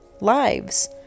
lives